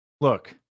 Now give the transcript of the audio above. look